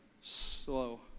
slow